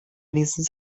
wenigstens